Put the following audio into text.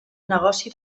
negoci